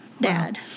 dad